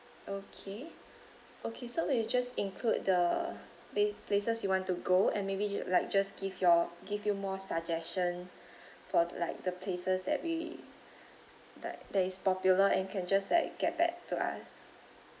okay okay so we'll just include the pla~ places you want to go and maybe you like just give your give you more suggestion for the like the places that we that that is popular and can just like get back to us